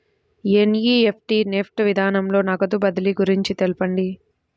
NEFT NEFT విధానంలో నగదు బదిలీ గురించి తెలుపండి?